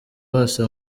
bose